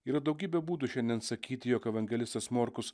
yra daugybė būdų šiandien sakyti jog evangelistas morkus